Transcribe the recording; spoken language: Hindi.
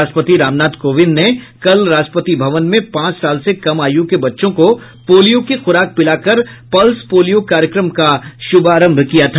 राष्ट्रपति रामनाथ कोविंद ने कल राष्ट्रपति भवन में पांच साल से कम आयु के बच्चों को पोलियो की खुराक पिलाकर पल्स पोलियो कार्यक्रम का शुभारंभ किया था